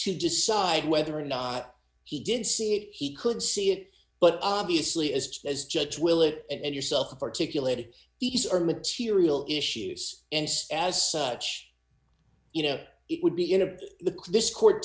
to decide whether or not he did see it he could see it but obviously as as judge will it and yourself articulated these are material issues and as such you know it would be in a the chris court